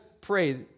pray